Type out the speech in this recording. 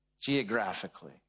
geographically